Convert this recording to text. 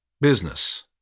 business